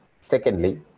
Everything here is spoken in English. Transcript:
Secondly